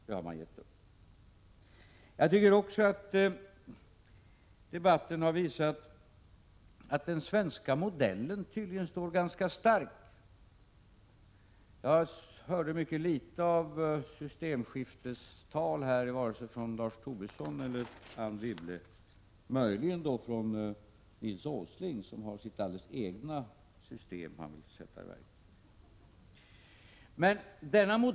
Debatten har också visat att den svenska modellen tydligen står ganska stark. Jag hörde mycket litet av systemskiftestal från Lars Tobisson och Anne Wibble, möjligen litet mer från Nils Åsling, som har sitt alldeles egna system som han vill sätta i verket.